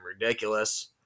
ridiculous